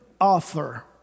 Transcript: offer